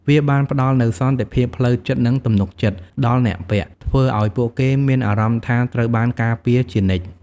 វាបានផ្ដល់នូវ សន្តិភាពផ្លូវចិត្ត និងទំនុកចិត្ត ដល់អ្នកពាក់ ធ្វើឲ្យពួកគេមានអារម្មណ៍ថាត្រូវបានការពារជានិច្ច។